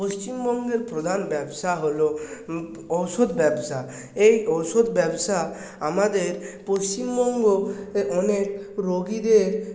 পশ্চিমবঙ্গের প্রধান ব্যবসা হল ওষুধ ব্যবসা এই ওষুধ ব্যবসা আমাদের পশ্চিমবঙ্গে অনেক রোগীদের